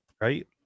right